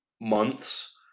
months